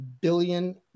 billion